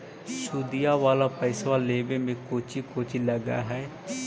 सुदिया वाला पैसबा लेबे में कोची कोची लगहय?